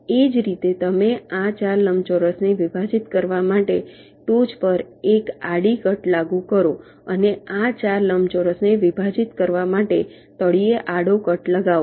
એ જ રીતે તમે આ 4 લંબચોરસને વિભાજિત કરવા માટે ટોચ પર એક આડી કટ લાગુ કરો અને આ 4 લંબચોરસને વિભાજિત કરવા માટે તળિયે આડો કટ લગાવો